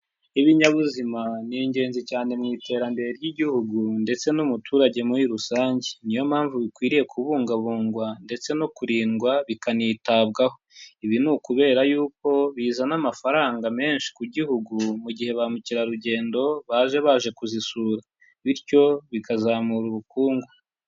Ibinyabuzima, ni ingenzi cyane mu iterambere ry'igihugu ndetse n'umuturage muri rusange. Ni yo mpamvu bikwiriye kubungabungwa ndetse no kurindwa bikanitabwaho. Ibi ni ukubera yuko bizana amafaranga menshi ku gihugu, mu gihe ba mukerarugendo baje baje kuzisura, bityo bikazamura ubukungu.